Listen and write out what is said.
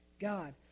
God